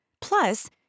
Plus